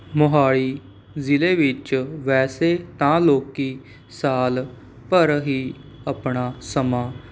ਮੋਹਾਲੀ ਜ਼ਿਲ੍ਹੇ ਵਿੱਚ ਵੈਸੇ ਤਾਂ ਲੋਕ ਸਾਲ ਭਰ ਹੀ ਆਪਣਾ ਸਮਾਂ